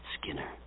Skinner